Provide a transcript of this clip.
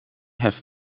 have